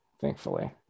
thankfully